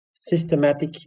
systematic